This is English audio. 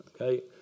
okay